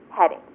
heading